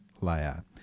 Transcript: layer